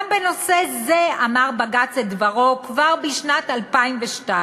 גם בנושא זה אמר בג"ץ את דברו, כבר בשנת 2002,